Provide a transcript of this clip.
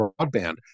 broadband